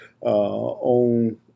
on